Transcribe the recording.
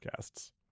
podcasts